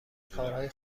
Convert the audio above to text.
کارهای